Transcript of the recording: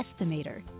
estimator